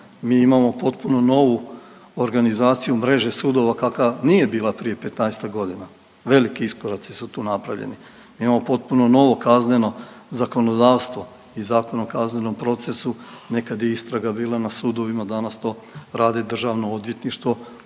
Mi imamo potpuno novu organizaciju mreže sudova kakva nije bila prije 15-ak godina, veliki iskoraci su tu napravljeni, imamo potpuno novo kazneno zakonodavstvo i zakon o kaznenom procesu, nekad je istraga bila na sudovima, danas to radi DORH. Doduše, i